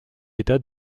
état